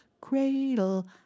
cradle